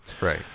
Right